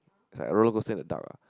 it's like a rollercoaster in the dark ah